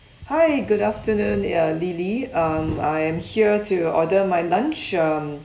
hi good afternoon ya lily um I am here to order my lunch um